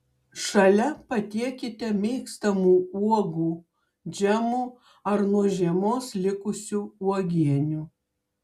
šalia patiekite mėgstamų uogų džemų ar nuo žiemos likusių uogienių